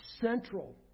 central